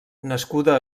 nascuda